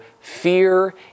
fear